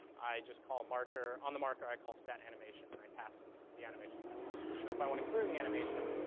i just call marker on the marker i call set animation and i pass in the animation that i want. and then if i want to clear the animation,